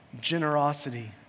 generosity